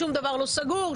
שום דבר לא סגור,